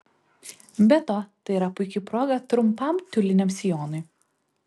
be to tai yra puiki proga trumpam tiuliniam sijonui